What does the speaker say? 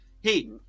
Hey